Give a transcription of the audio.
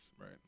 right